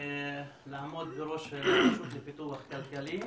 לעמוד בראש הרשות לפיתוח כלכלי.